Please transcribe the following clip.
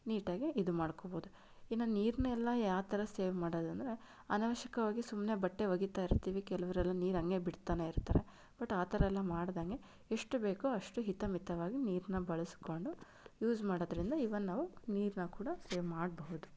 ನೀಟಾಗಿ ಇದು ಮಾಡ್ಕೋಬೋದು ಇನ್ನು ನೀರನ್ನೆಲ್ಲ ಯಾವ ಥರ ಸೇವ್ ಮಾಡೋದಂದ್ರೆ ಅನಾವಶ್ಯಕವಾಗಿ ಸುಮ್ಮನೆ ಬಟ್ಟೆ ಒಗಿತಾ ಇರ್ತೀವಿ ಕೆಲವರೆಲ್ಲ ನೀರು ಹಾಗೆ ಬಿಡ್ತಾನೇ ಇರ್ತಾರೆ ಬಟ್ ಆ ಥರ ಎಲ್ಲ ಮಾಡ್ದಂಗೆ ಎಷ್ಟು ಬೇಕೋ ಅಷ್ಟು ಹಿತ ಮಿತವಾಗಿ ನೀರನ್ನು ಬಳಸಿಕೊಂಡು ಯೂಸ್ ಮಾಡೋದ್ರಿಂದ ಈವನ್ ನಾವು ನೀರನ್ನು ಕೂಡ ಸೇವ್ ಮಾಡಬಹುದು